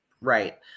Right